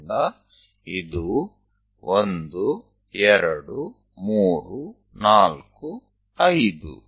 ಆದ್ದರಿಂದ ಇದು 1 2 3 4 5